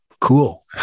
cool